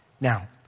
Now